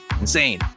Insane